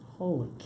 Holy